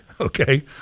okay